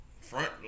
front